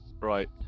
Right